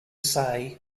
say